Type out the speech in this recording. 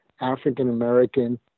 African-American